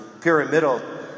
pyramidal